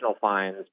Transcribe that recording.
fines